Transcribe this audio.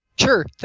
Sure